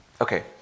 Okay